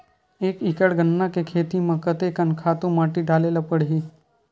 एक एकड़ गन्ना के खेती म कते कन खातु माटी डाले ल पड़ही?